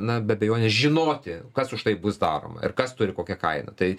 na be abejonės žinoti kas už tai bus daroma ir kas turi kokią kainą tai